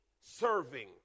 serving